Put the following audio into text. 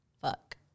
Fuck